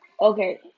Okay